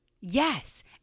Yes